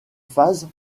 phases